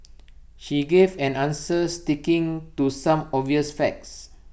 she gave an answer sticking to some obvious facts